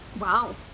wow